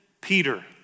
Peter